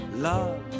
Love